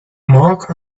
mark